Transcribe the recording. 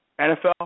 NFL